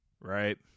right